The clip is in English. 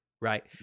right